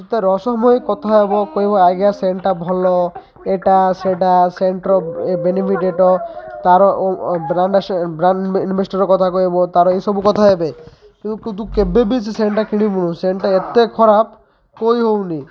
ସେ ତ ରହସ୍ୟମୟ କଥା ହେବ କହିବ ଆଜ୍ଞା ସେଣ୍ଟ୍ଟା ଭଲ ଏଟା ସେଟା ସେଣ୍ଟ୍ର ବେନିଫିଟ୍ ଏଟା ତା'ର କଥା କହିବ ତା'ର ଏସବୁ କଥା ହେବେ କିନ୍ତୁ କିନ୍ତୁ କେବେ ବି ସେ ସେଣ୍ଟ୍ଟା କିଣିବୁନୁ ସେଣ୍ଟ୍ଟା ଏତେ ଖରାପ କହିହଉନି